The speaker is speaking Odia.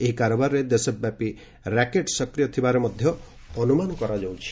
ଏହି କାରବାରରେ ଦେଶବ୍ୟାପୀ ର୍ୟାକେଟ୍ ସକ୍ରିୟ ଥିବା ଅନ୍ତମାନ କରାଯାଉଛି